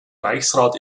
reichsrat